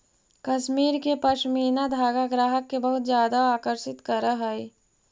कश्मीर के पशमीना धागा ग्राहक के बहुत ज्यादा आकर्षित करऽ हइ